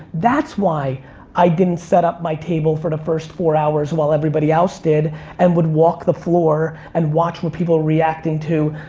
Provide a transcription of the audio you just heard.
that's why i didn't set up my table for the first four hours while everybody else did and would walk the floor and watch what people were reacting to.